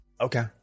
Okay